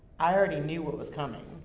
i already knew what was coming.